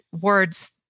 words